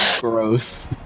gross